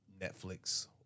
Netflix